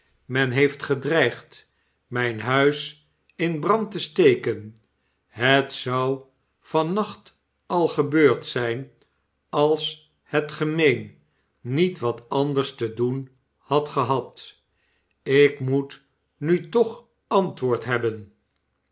men heeft gedreigd mijn huis in brand te steken het zou van nacht al gebeurd zijn als het gemeen niet wat anders te doen had gehad ik moet nu toch antwoord hebben